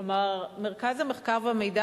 כלומר מרכז המחקר והמידע,